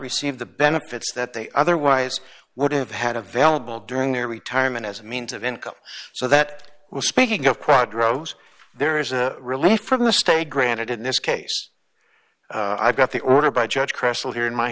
receive the benefits that they otherwise would have had a valuable during their retirement as a means of income so that we're speaking of quadros there is a relief from the state granted in this case i've got the order by judge cristol here in my